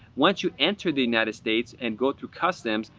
once you enter the united states and go through customs,